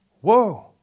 Whoa